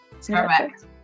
Correct